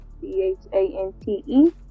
C-H-A-N-T-E